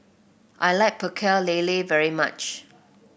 I like Pecel Lele very much